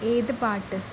ഏത് പാട്ട്